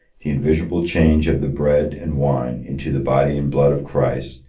the invisible change of the bread and wine into the body and blood of christ,